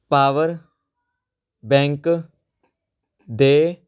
power bank ਦੇ